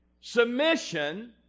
submission